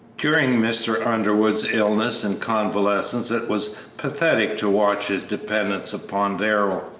during mr. underwood's illness and convalescence it was pathetic to watch his dependence upon darrell.